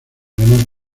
ganar